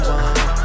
one